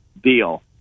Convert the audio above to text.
deal